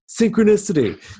synchronicity